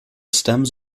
stems